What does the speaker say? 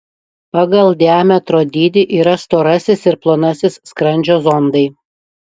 pagal diametro dydį yra storasis ir plonasis skrandžio zondai